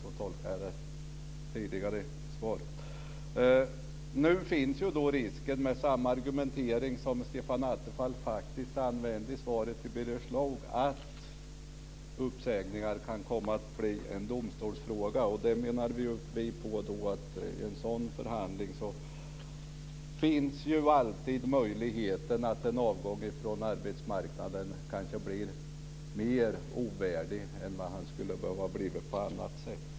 Åtminstone tolkar jag tidigare svar så. Med den argumentering som Stefan Attefall använde i sitt svar till Birger Schlaug finns faktiskt risken att uppsägning blir en domstolsfråga. Vi menar att i en sådan förhandling finns alltid möjligheten att en avgång från arbetsmarknaden kanske blir mer ovärdig än den skulle ha behövt bli på annat sätt.